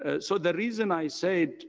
ah so the reason i say